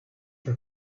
for